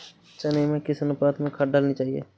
चने में किस अनुपात में खाद डालनी चाहिए?